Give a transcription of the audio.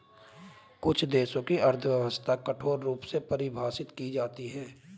कुछ देशों की अर्थव्यवस्था कठोर रूप में परिभाषित की जाती हैं